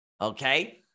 okay